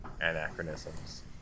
anachronisms